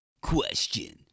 Question